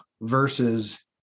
versus